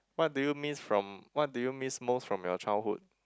what do you miss from what do you miss most from your childhood